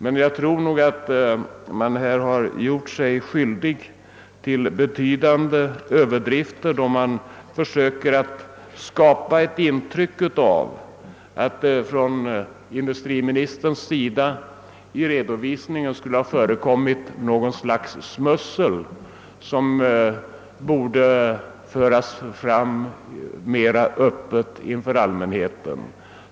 Man jag tror att man här har gjort sig skyldig till betydande överdrifter, då man försöker skapa ett intryck av att det i redovisningen från industriministerns sida skulle ha förekommit något slags smussel som borde redovisas mera öppet inför allmänheten.